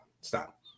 Stop